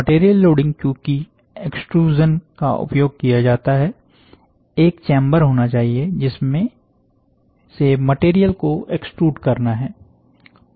material loading चूंकि extrusion का उपयोग किया जाता है एक चेंबर होना चाहिए जिसमें से मटेरियल को एक्सट्रूड करना है